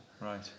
right